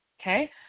Okay